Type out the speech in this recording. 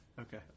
Okay